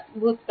भूतकाळ